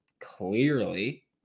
clearly